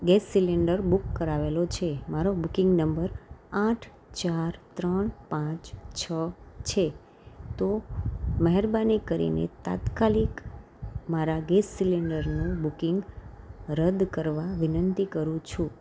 gas cylinder book કરાવેલો છે મારો બુકિંગ નંબર આઠ ચાર ત્રણ પાંચ છ છે તો મહેરબાની કરીને તાત્કાલિક મારા ગેસ સિલેન્ડરનું બુકિંગ રદ કરવા વિનંતી કરું છું